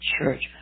church